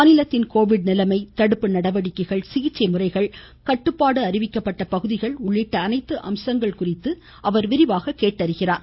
மாநிலத்தின் கோவிட் நிலைமை தடுப்பு நடவடிக்கைகள் சிகிச்சை முறைகள் கட்டுப்பாடு அறிவிக்கப்பட்ட பகுதிகள் உள்ளிட்ட அனைத்து அம்சங்கள் குறித்து விரிவாக கேட்டறிகிறார்